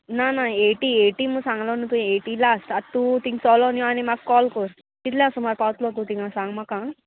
ना ना एटी एटी मु सांगलो न्हू तुंवें एटी लास्ट आतां तूं थिंग चलो न्ही आनी म्हाक कॉल करितलें आसा मार पावतलो तूं थिंगां सांग म्हाका